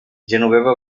genoveva